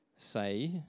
say